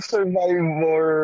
Survivor